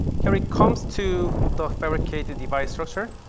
here it comes to the fabricated device structure.